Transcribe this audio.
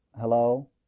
hello